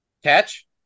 catch